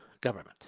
government